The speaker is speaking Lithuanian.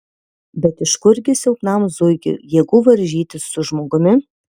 bet iš kurgi silpnam zuikiui jėgų varžytis su žmogumi